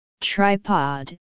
tripod